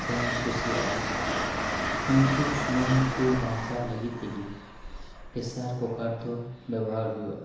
ᱥᱮᱧ ᱠᱩᱥᱤᱭᱟᱜᱼᱟ ᱠᱤᱱᱛᱩ ᱥᱩᱢᱟᱹᱭ ᱠᱚ ᱵᱟᱧᱪᱟᱣ ᱞᱟᱹᱜᱤᱫ ᱛᱮᱜᱮ ᱯᱮᱥᱟᱨ ᱠᱩᱠᱟᱨ ᱫᱚ ᱵᱮᱵᱚᱦᱟᱨ ᱦᱩᱭᱩᱜᱼᱟ